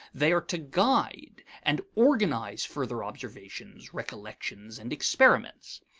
they are to guide and organize further observations, recollections, and experiments.